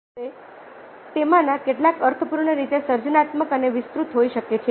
હવે તેમાંના કેટલાક અર્થપૂર્ણ રીતે સર્જનાત્મક અને વિસ્તૃત હોઈ શકે છે